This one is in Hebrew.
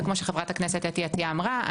וכמו שחברת הכנסת אתי עטייה אמרה,